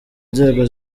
inzego